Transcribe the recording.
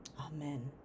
amen